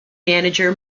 manager